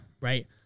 right